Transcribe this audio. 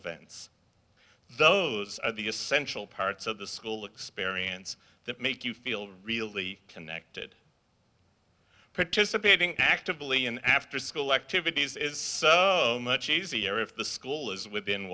events those are the essential parts of the school experience that make you feel really connected participating actively in afterschool activities is much easier if the school is within